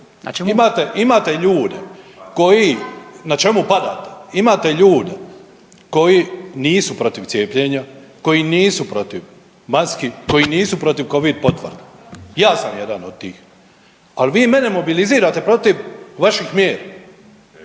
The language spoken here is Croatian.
imate ljude koji, na čemu padate, imate ljude koji nisu protiv cijepljenja, koji nisu protiv maski, koji nisu protiv Covid potvrda, ja sam jedan od tih. Ali vi mene mobilizirate protiv vaših mjera.